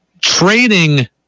Trading